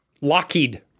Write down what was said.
Lockheed